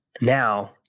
now